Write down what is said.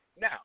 Now